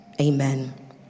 amen